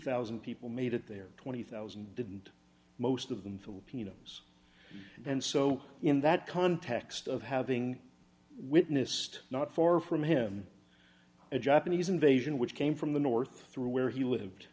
thousand people made it there twenty thousand didn't most of them filipinos and so in that context of having witnessed not far from him a japanese invasion which came from the north through where he lived